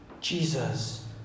Jesus